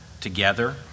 together